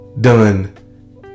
done